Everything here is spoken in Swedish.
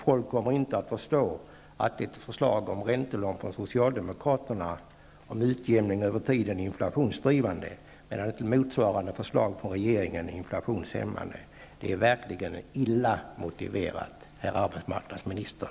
Folk kommer inte att förstå att ett förslag från socialdemokraterna om räntelån med utjämning över tiden är inflationsdrivande medan motsvarande förslag från regeringen är inflationshämmande. Det är verkligen illa motiverat, herr arbetsmarknadsminister.